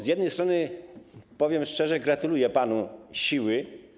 Z jednej strony - powiem to szczerze - gratuluję panu siły.